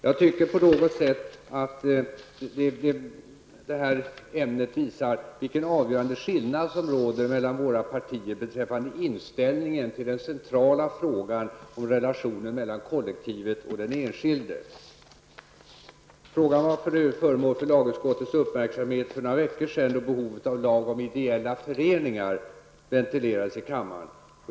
Jag tycker att det här ämnet på något sätt visar vilken avgörande skillnad som råder mellan våra partier beträffande inställningen till den centrala frågan om relationen mellan kollektivet och den enskilde. Frågan var föremål för lagutskottets uppmärksamhet för några veckor sedan då behovet av en lag om ideella föreningar ventilerades i kammaren.